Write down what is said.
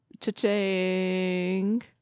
Cha-ching